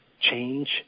change